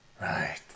Right